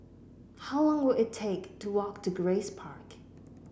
how long will it take to walk to Grace Park